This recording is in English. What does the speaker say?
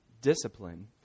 discipline